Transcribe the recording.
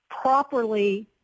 properly